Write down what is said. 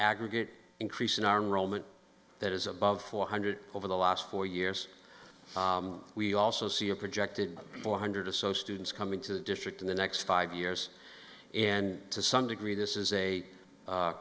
aggregate increase in our roman that is above four hundred over the last four years we also see a projected one hundred or so students coming to the district in the next five years and to some degree this is a